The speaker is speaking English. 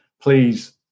please